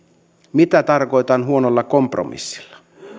mitä tarkoitan huonolla kompromissilla